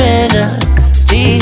energy